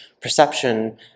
perception